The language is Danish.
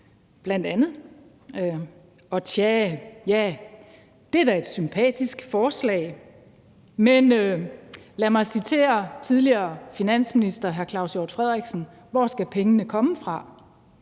studietiden. Og tja, det er da et sympatisk forslag, men lad mig citere tidligere finansminister hr. Claus Hjort Frederiksen: Hvor skal pengene komme fra?